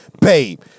babe